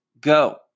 go